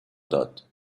داد